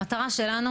המטרה שלנו